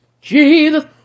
Jesus